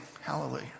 Hallelujah